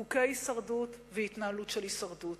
חוקי הישרדות והתנהלות של הישרדות.